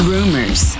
Rumors